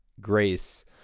grace